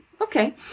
okay